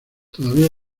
todavía